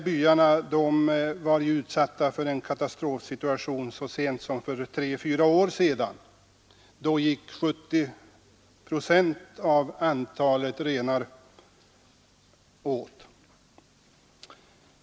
De sistnämnda var utsatta för en katastrofsituation så sent som för 3, 4 år sedan. Då gick 70 procent av antalet renar åt.